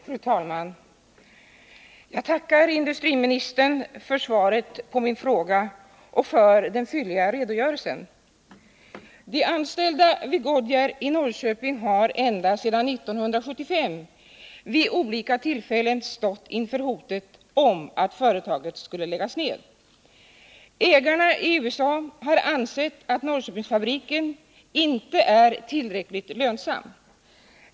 Fru talman! Jag tackar industriministern för svaret på min fråga och för den fylliga redogörelsen. De anställda vid Goodyear i Norrköping har ända sedan 1975 vid olika tillfällen stått inför hotet om att företaget skulle läggas ned. Ägarna i USA har ansett att Norrköpingsfabriken inte är tillräckligt lönsam.